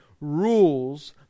rules